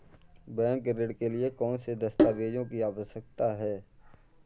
Bank ऋण के लिए कौन से दस्तावेजों की आवश्यकता है?